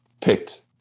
picked